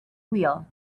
wheel